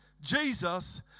Jesus